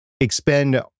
expend